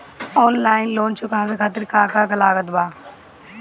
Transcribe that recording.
Online loan चुकावे खातिर का का लागत बा?